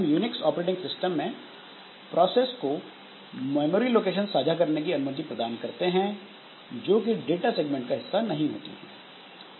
हम Unix operating system में process को मेमोरी लोकेशन साझा करने की अनुमति प्रदान करते हैं जो कि डाटा सेगमेंट का हिस्सा नहीं होती हैं